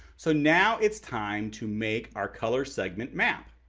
so now it's time to make our color segment map.